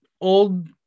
old